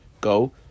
go